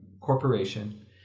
corporation